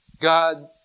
God